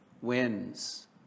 wins